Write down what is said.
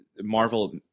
Marvel –